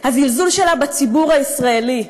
הזלזול שלה בציבור הישראלי.